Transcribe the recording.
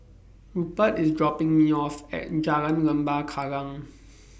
Rupert IS dropping Me off At Jalan Lembah Kallang